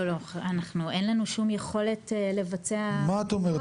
לא, אין לנו שום יכולת לבצע פילוח.